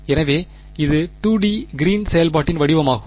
எனவே இது 2D Green செயல்பாட்டின் வடிவமாகும்